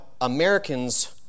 Americans